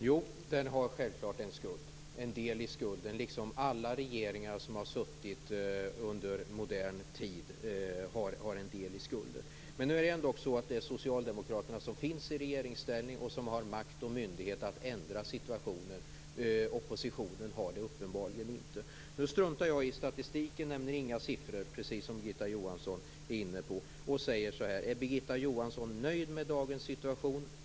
Fru talman! Jo, den självklart en del i skulden liksom alla regeringar som har suttit i modern tid har en del i skulden. Men nu är det ändå så att det är Socialdemokraterna som är i regeringsställning och som har makt och myndighet att ändra situationen. Oppositionen har det uppenbarligen inte. Nu struntar jag i statistiken. Jag nämner inga siffror, precis som Birgitta Johansson. Jag säger i stället så här: Är Birgitta Johansson nöjd med dagens situation?